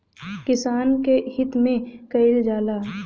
किसान क हित में कईल जाला